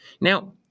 Now